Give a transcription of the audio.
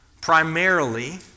primarily